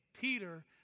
Peter